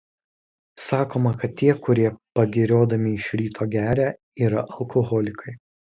sakoma kad tie kurie pagiriodami iš ryto geria yra alkoholikai